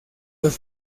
los